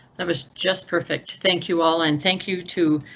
was just perfect. thank you all and thank you to,